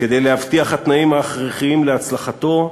כדי להבטיח התנאים ההכרחיים להצלחתו,